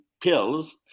pills